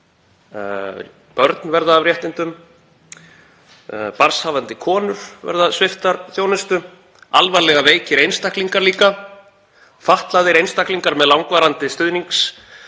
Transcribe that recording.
börn verða af réttindum, barnshafandi konur verða sviptar þjónustu, alvarlega veikir einstaklingar líka, fatlaðir einstaklingar með langvarandi stuðningsþarfir,